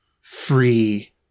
free